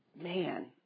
Man